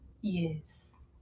Yes